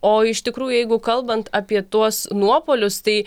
o iš tikrųjų jeigu kalbant apie tuos nuopuolius tai